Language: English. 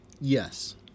yes